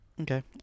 okay